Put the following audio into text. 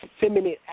feminine